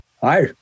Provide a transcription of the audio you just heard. Hi